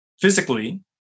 physically